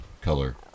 color